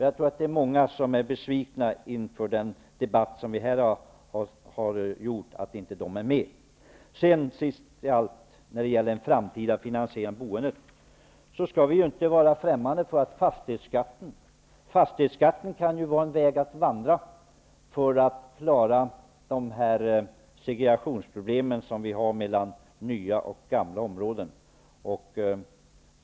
Jag tror att många är besvikna på att de inte är med i den debatt som vi för i dag. När det gäller den framtida finansieringen av boendet skall vi inte vara främmande för att fastighetsskatten kan ge oss en väg att vandra för att klara de segregationsproblem som finns mellan nya och gamla områden.